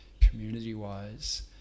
community-wise